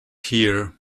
here